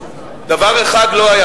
דבר אחד לא היה